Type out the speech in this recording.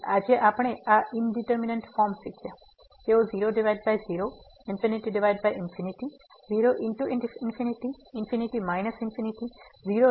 તેથી આજે આપણે આ ઈન્ડીટરમીનેટ ફોર્મ્સ શીખ્યા તેઓ 00 ∞∞ 0×∞∞ ∞ 00 01 જેવા ઘણા ફોર્મ લઈ શકે છે